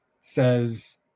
says